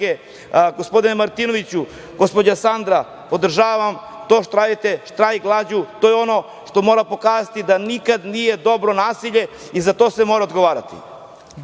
gospodine Martinoviću, gospođo Sandra, podržavam to što radite, štrajk glađu. To je ono što moramo pokazati da nikad nije dobro nasilje i za to se mora odgovarati.